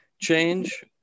change